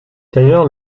d’ailleurs